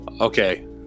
Okay